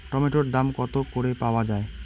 টমেটোর দাম কত করে পাওয়া যায়?